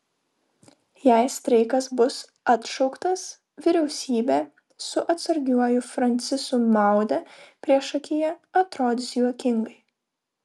jei streikas bus atšauktas vyriausybė su atsargiuoju francisu maude priešakyje atrodys juokingai